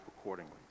accordingly